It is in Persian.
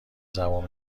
زبون